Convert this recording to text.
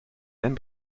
même